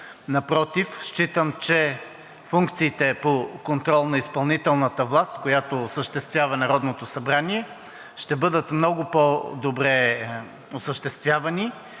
Напротив, считам, че функциите по контрол на изпълнителната власт, които осъществява Народното събрание, ще бъдат много по-добре осъществявани